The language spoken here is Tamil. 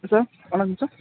சார் வணக்கம் சார்